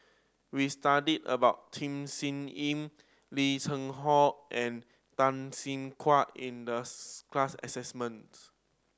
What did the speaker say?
we studied about Tham Sien Yen Lim Cheng Hoe and Tan Siah Kwee in the class assignment